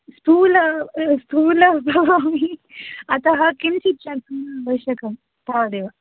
स्थुला स्थुला भवामि अत किञ्चित् शर्करा आवश्यकं तावदेव